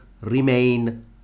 remain